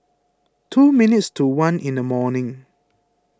two minutes to one in the morning